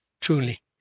truly